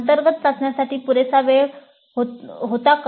अंतर्गत चाचण्यांसाठी पुरेसा वेळ होता का